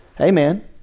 Amen